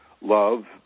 Love